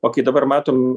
o kai dabar matom